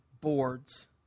boards